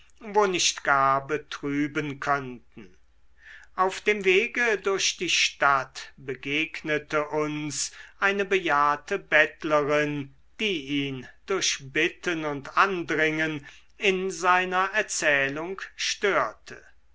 wo nicht gar betrüben könnten auf dem wege durch die stadt begegnete uns eine bejahrte bettlerin die ihn durch bitten und andringen in seiner erzählung störte